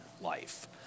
life